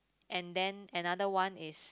and then another one is